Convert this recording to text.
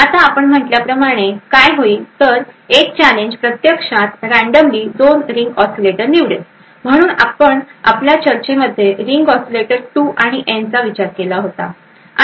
आता आपण म्हटल्याप्रमाणे काय होईल तर एक चॅलेंज प्रत्यक्षात रँडमली 2 रिंग ऑसीलेटर निवडेल म्हणून आपण आपल्या चर्चेमध्ये रिंग ओसीलेटर 2 आणि एन विचार केला होता